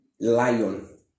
lion